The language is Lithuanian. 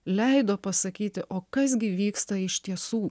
leido pasakyti o kas gi vyksta iš tiesų